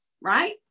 right